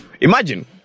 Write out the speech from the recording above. Imagine